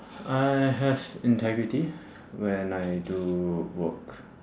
I have integrity when I do work